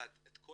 שלקחת את כל